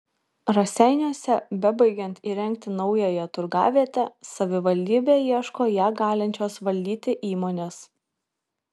raseiniuose bebaigiant įrengti naująją turgavietę savivaldybė ieško ją galinčios valdyti įmonės